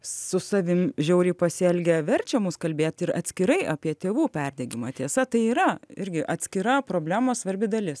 su savim žiauriai pasielgia verčia mus kalbėt ir atskirai apie tėvų perdegimą tiesa tai yra irgi atskira problema svarbi dalis